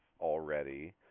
already